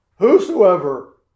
Whosoever